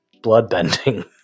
bloodbending